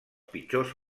pitjors